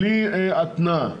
בלי התנייה,